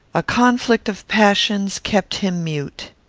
a conflict of passions kept him mute.